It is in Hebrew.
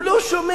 הוא לא שומע,